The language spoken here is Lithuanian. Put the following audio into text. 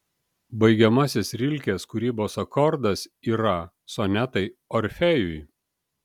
baigiamasis rilkės kūrybos akordas yra sonetai orfėjui